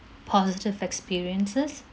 positive experiences